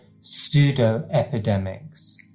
pseudo-epidemics